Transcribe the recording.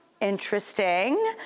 Interesting